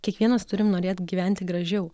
kiekvienas turim norėt gyventi gražiau